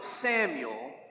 Samuel